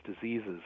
diseases